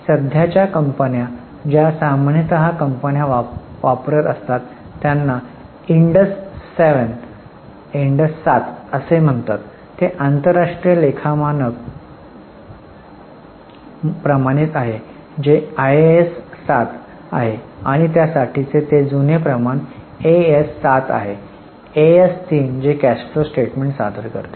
सध्याच्या कंपन्या ज्या सामान्यत कंपन्या वापरत असतात त्यांना इंडस 7 असे म्हणतात ते आंतरराष्ट्रीय लेखा मानक प्रमाणेच आहे जे आयएएस 7 आहे आणि त्या साठीचे जुने प्रमाण एएस7 आहे एएस 3 जे कॅश फ्लो स्टेटमेंट सादर करते